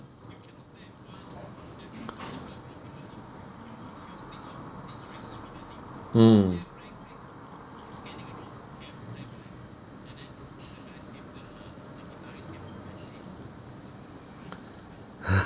mm